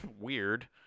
weird